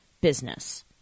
business